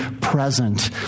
present